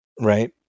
Right